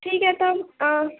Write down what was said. ٹھیک ہے تب